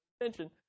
Attention